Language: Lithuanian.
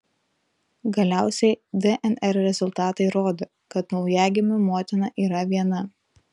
galiausiai dnr rezultatai rodo kad naujagimių motina yra viena